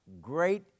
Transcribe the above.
great